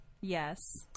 Yes